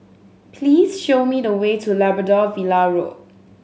please show me the way to Labrador Villa Road